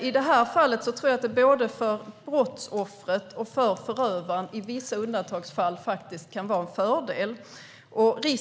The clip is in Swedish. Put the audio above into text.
I det här fallet tror jag att det både för brottsoffret och för förövaren i vissa undantagsfall kan vara en fördel med skuldsanering.